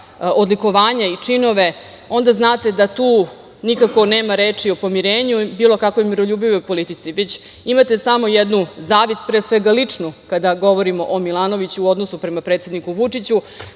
odlikovanja i činove, onda znate da tu nikako nema reči o pomirenju i bilo kakvoj miroljubivoj politici, već imate samo jednu zavist, pre svega ličnu, kada govorimo o Milanoviću u odnosu prema predsedniku Vučiću,